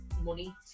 money